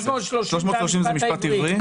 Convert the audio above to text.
330 אלף זה משפט עברי.